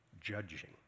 judging